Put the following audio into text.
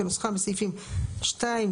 כנוסחם בסעיפים 2,